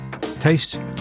Taste